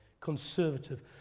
conservative